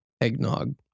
eggnog